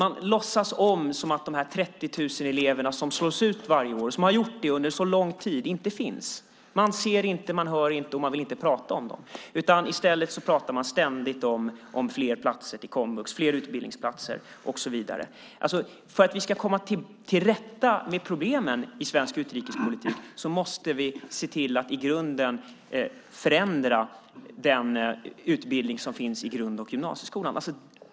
Man låtsas som att de 30 000 eleverna som slås ut varje år, som har gjort det under så lång tid, inte finns. Man ser inte, man hör inte, och man vill inte prata om dem. I stället pratar man ständigt om fler platser till komvux, fler utbildningsplatser, och så vidare. För att vi ska komma till rätta med problemen i svensk utbildningspolitik måste vi se till att i grunden förändra den utbildning som finns i grund och gymnasieskolan.